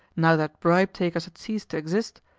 now that bribe-takers had ceased to exist,